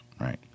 right